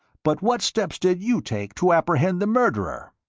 but what steps did you take to apprehend the murderer?